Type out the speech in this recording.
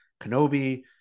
Kenobi